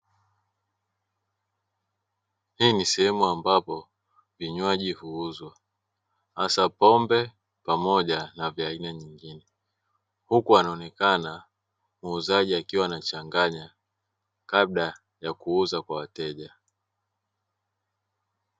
Hii ni sehemu ambapo vinywaji huuzwa, hasa pombe pamoja na vya aina nyingine, huku anaonekana muuzaji akiwa anachanganya kabla ya kuuza kwa wateja.